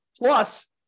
Plus